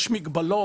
יש מגבלות.